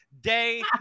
Day